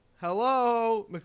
Hello